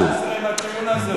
השר, מה, בכיוון הזה?